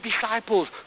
disciples